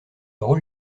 rôle